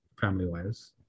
family-wise